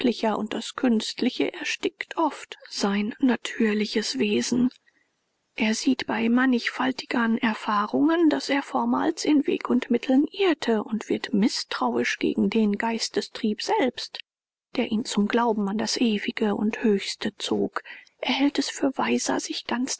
und das künstliche erstickt oft sein natürliches wesen er sieht bei mannigfaltigern erfahrungen daß er vormals in weg und mitteln irrte und wird mißtrauisch gegen den geistestrieb selbst der ihn zum glauben an das ewige und höchste zog er hält es für weiser sich ganz